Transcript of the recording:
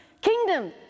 kingdom